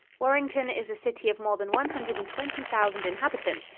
warrington is a city of more than one hundred and twenty thousand inhabitants,